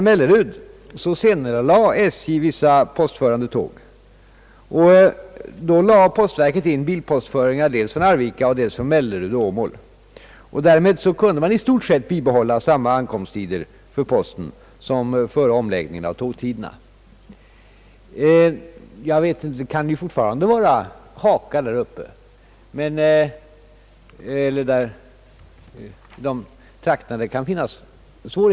Det kan naturligtvis fortfarande föreligga vissa svårigheter i dessa trakter.